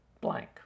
blank